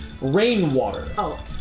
rainwater